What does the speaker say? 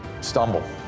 stumble